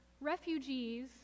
refugees